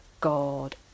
God